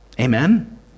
Amen